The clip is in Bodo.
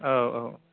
औ औ